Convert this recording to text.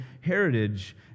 heritage